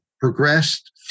progressed